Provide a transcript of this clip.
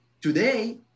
Today